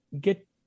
get